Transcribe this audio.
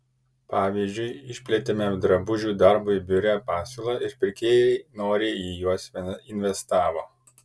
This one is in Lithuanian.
pavyzdžiui išplėtėme drabužių darbui biure pasiūlą ir pirkėjai noriai į juos investavo